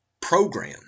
program